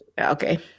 okay